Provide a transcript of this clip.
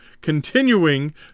continuing